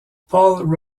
paul